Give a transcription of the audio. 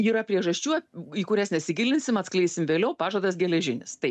yra priežasčių į kurias nesigilinsim atskleisim vėliau pažadas geležinis taip